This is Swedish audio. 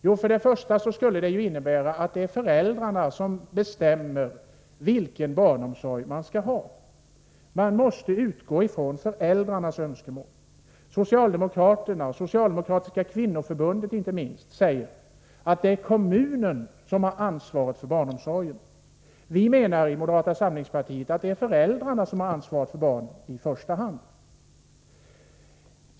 Jo, det skulle innebära att det är föräldrarna som bestämmer vilken barnomsorg de skall ha. Man måste utgå från föräldrarnas önskemål. Socialdemokraterna, och Socialdemokratiska kvinnoförbundet inte minst, säger att det är kommunen som har ansvaret för barnomsorgen. Vi i moderata samlingspartiet menar att det är föräldrarna som har ansvar för barnen i första hand.